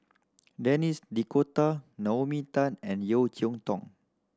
Denis D'Cotta Naomi Tan and Yeo Cheow Tong